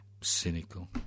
cynical